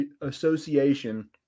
Association